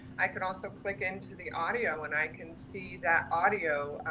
i can also click into the audio and i can see that audio,